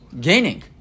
gaining